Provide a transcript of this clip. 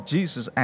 Jesus